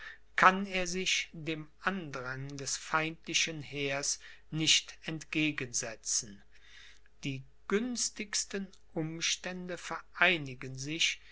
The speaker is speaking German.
kann er sich dem andrang des feindlichen heers nicht entgegen setzen die günstigsten umstände vereinigen sich